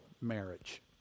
marriage